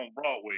Broadway